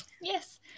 Yes